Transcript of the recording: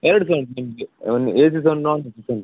ಎರಡು ಸಹ ಉಂಟು ನಿಮಗೆ ಒಂದು ಎ ಸಿ ಸಹ ಉಂಟು ನಾನ್ ಎ ಸಿ ಸಹ ಉಂಟು